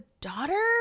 daughter